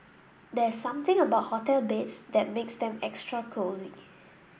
there's something about hotel beds that makes them extra cosy